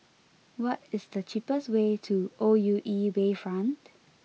what is the cheapest way to O U E Bayfront